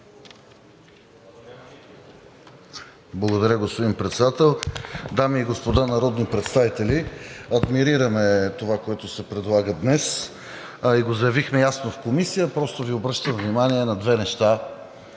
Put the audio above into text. Благодаря, господин Председател. Дами и господа народни представители! Адмирираме това, което се предлага днес, и го заявихме ясно в Комисията. Просто Ви обръщам внимание на две неща.